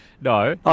No